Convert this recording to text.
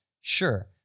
Sure